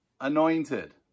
anointed